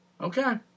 Okay